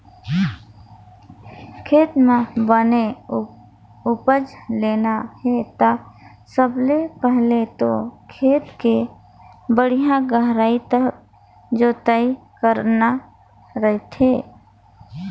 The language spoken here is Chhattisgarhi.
खेत म बने उपज लेना हे ता सबले पहिले तो खेत के बड़िहा गहराई तक जोतई करना रहिथे